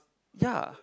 ya